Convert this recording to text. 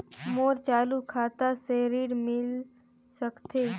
मोर चालू खाता से ऋण मिल सकथे?